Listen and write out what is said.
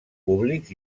públics